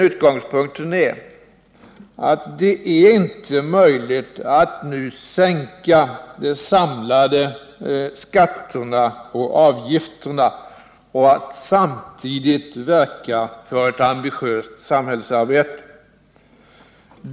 Utgångspunkten är att det inte är möjligt att mu både sänka de samlade skatterna och avgifterna och samtidigt verka för ett ambitiöst samhällsarbete.